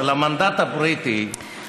של המנדט הבריטי,